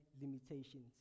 limitations